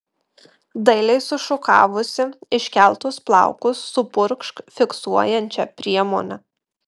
dailiai sušukavusi iškeltus plaukus supurkšk fiksuojančia priemone